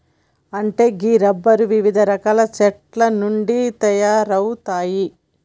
అంటే గీ రబ్బరు వివిధ రకాల చెట్ల నుండి తయారవుతాయి